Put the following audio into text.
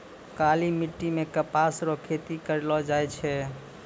काली मिट्टी मे कपास रो खेती करलो जाय छै